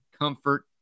Comfort